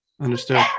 understood